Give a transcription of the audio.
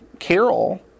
Carol